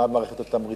מה מערכת התמריצים?